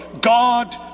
God